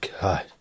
god